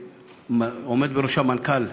שעומד בראשה מנכ"ל